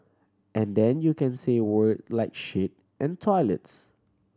and then you can say word like shit and toilets